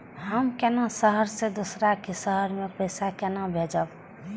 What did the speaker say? हम केना शहर से दोसर के शहर मैं पैसा केना भेजव?